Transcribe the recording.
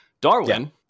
Darwin